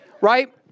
Right